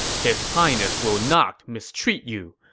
his highness will not mistreat you,